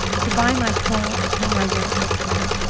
to buy my coal and pay my rent till spring,